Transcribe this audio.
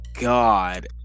god